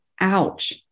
Ouch